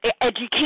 education